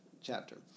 chapter